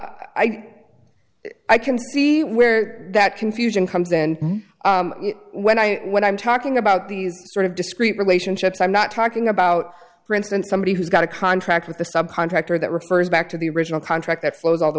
think i can see where that confusion comes in when i when i'm talking about these sort of discrete relationships i'm not talking about for instance somebody who's got a contract with the subcontractor that refers back to the original contract that flows all the